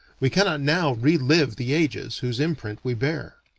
we cannot now re-live the ages whose imprint we bear.